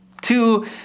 two